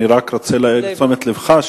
אני רק רוצה להעיר לתשומת לבך,